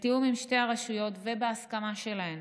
בתיאום עם שתי הרשויות ובהסכמה שלהן